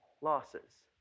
losses